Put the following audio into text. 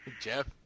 Jeff